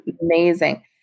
Amazing